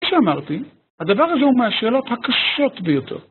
כפי שאמרתי, הדבר הזה הוא מהשאלות הקשות ביותר.